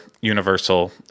Universal